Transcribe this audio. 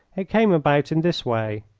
it came about in this way.